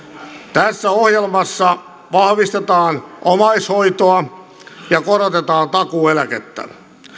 tässä ohjelmassa vahvistetaan omaishoitoa ja korotetaan takuueläkettä